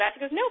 nope